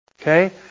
Okay